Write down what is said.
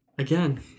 Again